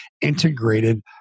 Integrated